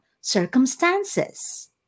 circumstances